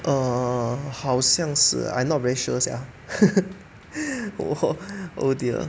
err 好像是 lah I not very sure sia oh dear